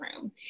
room